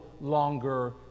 longer